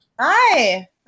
Hi